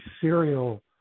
serial